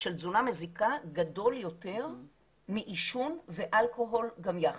של תזונה מזיקה גדול יותר מעישון ואלכוהול גם יחד.